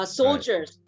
soldiers